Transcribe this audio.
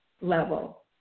level